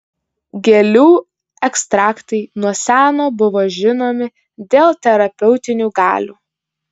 gėlių ekstraktai nuo seno buvo žinomi dėl terapeutinių galių